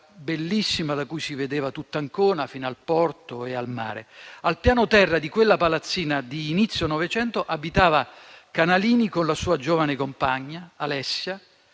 bellissima, da cui si vedeva tutta Ancona fino al porto e al mare. Al piano terra di quella palazzina di inizio Novecento abitava Canalini con la sua giovane compagna, Alessia.